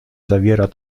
zawiera